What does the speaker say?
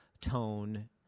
tone